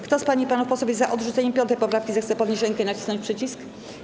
Kto z pań i panów posłów jest za odrzuceniem 5. poprawki, zechce podnieść rękę i nacisnąć przycisk.